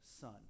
son